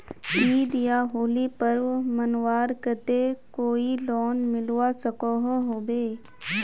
ईद या होली पर्व मनवार केते कोई लोन मिलवा सकोहो होबे?